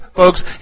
folks